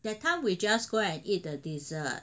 that time we just go and eat the dessert